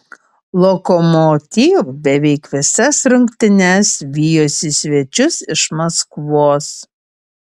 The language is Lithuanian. lokomotiv beveik visas rungtynes vijosi svečius iš maskvos